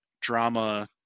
drama